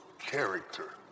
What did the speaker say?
character